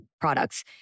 products